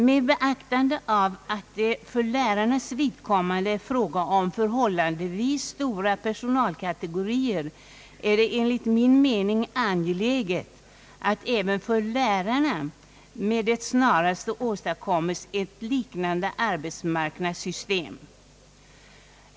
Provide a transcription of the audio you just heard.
Med beaktande av att det för lärarnas vidkommande är fråga om förhållandevis stora personalkategorier är det enligt min mening angeläget att med det snaraste åstadkommes ett liknande arbetsmarknadssystem även för lärarna.